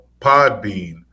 Podbean